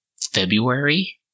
February